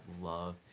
love